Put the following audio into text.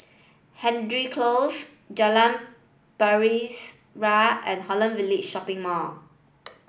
Hendry Close Jalan Pasir Ria and Holland Village Shopping Mall